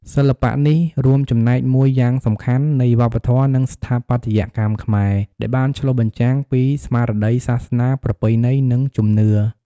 សិល្បៈនេះ រួមចំណែកមួយយ៉ាងសំខាន់នៃវប្បធម៌ និងស្ថាបត្យកម្មខ្មែរ ដែលបានឆ្លុះបញ្ចាំងពីស្មារតី សាសនា ប្រពៃណី និងជំនឿ។